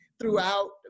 throughout